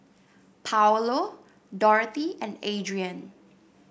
Paulo Dorothy and Adrien